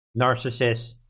narcissist